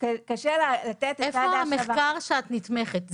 קשה לתת את סעד ההשבה --- איפה המחקר שאת נתמכת?